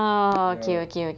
ya